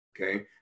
okay